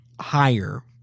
higher